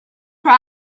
cry